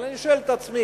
אבל אני שואל את עצמי: